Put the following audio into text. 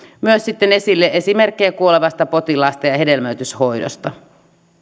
esille esimerkkejä kuolevasta potilaasta ja ja hedelmöityshoidosta